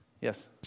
Yes